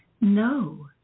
No